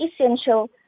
essential